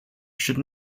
should